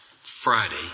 Friday